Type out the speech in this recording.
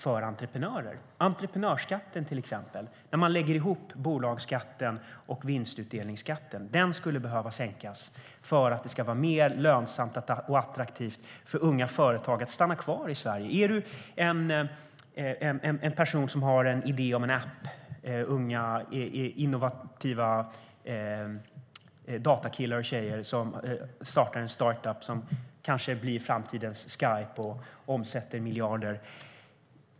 Till exempel skulle entreprenörskatten, när man lägger ihop bolagsskatten och vinstutdelningsskatten, behöva sänkas för att det ska vara mer lönsamt och attraktivt för unga företagare att stanna kvar i Sverige. Jag tänker på personer som har en idé om en app. Jag tänker på unga innovativa datakillar och datatjejer som startar något som kanske blir framtidens Skype och omsätter miljarder.